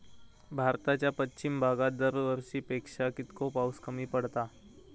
भारताच्या पश्चिम भागात दरवर्षी पेक्षा कीतको पाऊस कमी पडता?